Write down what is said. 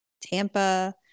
Tampa